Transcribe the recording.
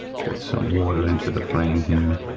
get some water into the frame here,